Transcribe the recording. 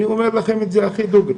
אני אומר לכם את זה הכי דוגרי.